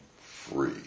free